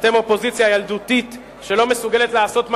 אתם אופוזיציה ילדותית שלא מסוגלת לעשות מה